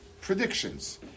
predictions